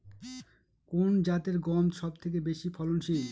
কোন জাতের গম সবথেকে বেশি ফলনশীল?